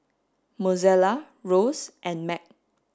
Mozella Rose and Mack